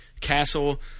Castle